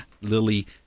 Lily